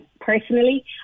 personally